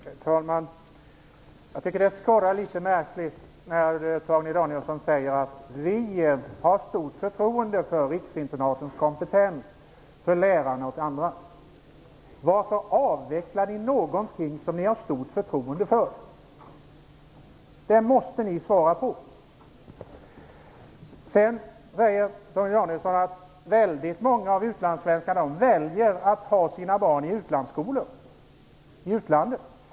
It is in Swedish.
Herr talman! Jag tycker att det skorrar litet märkligt när Torgny Danielsson säger: Vi har stort förtroende för riksinternatens kompetens, för lärarna och för andra. Varför avvecklar ni någonting som ni har stort förtroende för? Den frågan måste ni svara på. Torgny Danielsson säger att väldigt många av utlandssvenskarna väljer att ha sina barn i utlandsskolor i utlandet.